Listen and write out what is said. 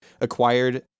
acquired